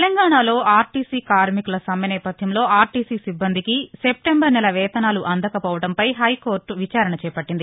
తెలంగాణలో ఆర్టీసీ కార్మికుల సమ్మె నేపథ్యంలో ఆర్టీసీ సిబ్బందికి సెప్టెంబర్ నెల వేతనాలు అందకపోవడంపై హైకోర్లు విచారణ చేపట్లింది